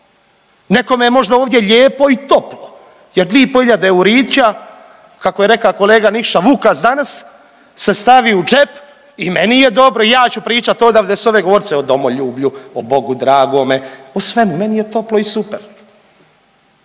nekome je možda ovdje lijepo i toplo jer dvije i pol hiljade eurića kako je rekao kolega Nikša Vukas danas se stavi u džep i meni je dobro. Ja ću pričat odavde sa ove govornice o domoljublju, o bogu dragome, o svemu, meni je toplo i super.